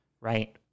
right